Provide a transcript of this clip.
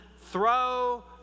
throw